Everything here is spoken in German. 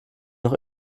noch